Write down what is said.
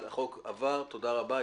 הצבעה בעד, 2 נגד, 1